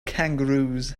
kangaroos